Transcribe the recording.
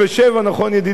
ידידי שלמה מולה?